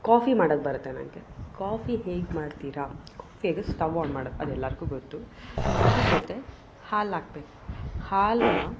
coffee ಮಾಡೋಕೆ ಬರುತ್ತೆ ನಂಗೆ ಕಾಫಿ ಹೇಗೆ ಮಾಡ್ತೀರಾ ಕಾಫಿಗೆ ಸ್ಟೌ ಆನ್ ಮಾಡೋದು ಅದು ಎಲ್ಲರಿಗೂ ಗೊತ್ತು ಅದ್ರ ಜೊತೆ ಹಾಲು ಹಾಕ್ಬೇಕು ಹಾಲನ್ನು